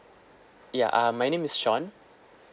ya uh my name is sean